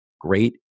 great